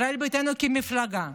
ישראל ביתנו כמפלגה,